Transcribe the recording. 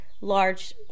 large